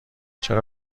چرا